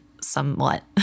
somewhat